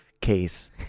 case